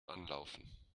anlaufen